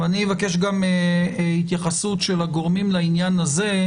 אני אבקש גם התייחסות של הגורמים לעניין הזה,